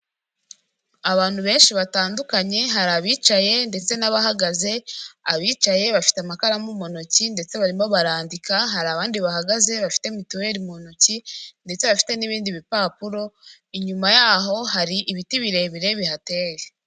Abantu benshi batandukanye hari abicaye ndetse n'abahagaze abicaye bafite amakaramu mu ntoki ndetse barimo barandika hari abandi bahagaze bafite mituweli mu ntoki ndetse bafite n'ibindi bipapuro inyuma yaho hari ibiti birebire bihateye.